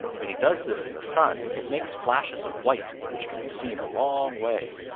when he does this in the sun it makes flashes of white which can be seen a long way.